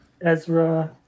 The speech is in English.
Ezra